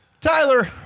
Tyler